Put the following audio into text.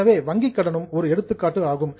எனவே வங்கிக் கடனும் ஒரு எடுத்துக்காட்டு ஆகும்